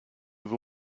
with